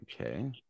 Okay